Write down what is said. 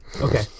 Okay